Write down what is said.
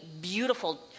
beautiful